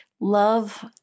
love